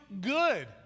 good